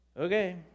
Okay